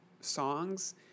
songs